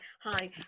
hi